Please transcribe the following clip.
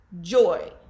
Joy